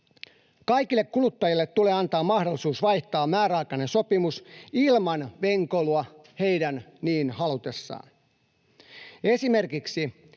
Kaikille kuluttajille tulee antaa mahdollisuus vaihtaa määräaikainen sopimus, ilman venkoilua, heidän niin halutessaan.